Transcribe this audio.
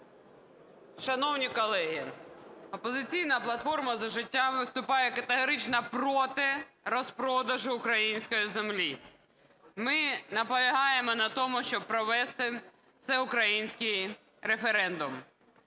Шановні колеги, "Опозиційна платформа - За життя" виступає категорично проти розпродажу української землі. Ми наполягаємо на тому, щоб провести всеукраїнський референдум.